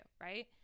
right